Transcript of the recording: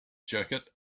jacket